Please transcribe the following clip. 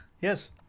Yes